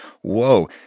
whoa